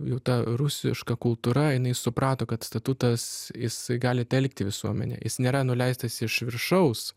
jau ta rusiška kultūra jinai suprato kad statutas jis gali telkti visuomenę jis nėra nuleistas iš viršaus